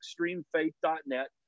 extremefaith.net